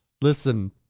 Listen